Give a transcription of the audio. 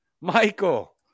Michael